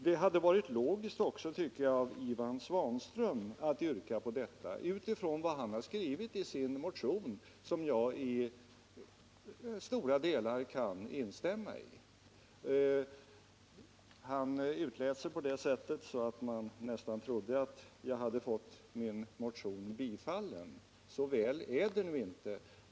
Det hade varit logiskt också av Ivan Svanström att yrka på det, med utgångspunkt från vad han skrivit i sin motion, som jag till stora delar kan instämma i. Han utlät sig också på sådant sätt att jag nästan trodde att jag hade fått min motion tillstyrkt. Så väl är det nu inte.